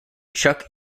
chuck